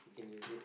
you can use it